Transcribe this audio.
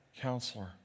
counselor